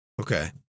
Okay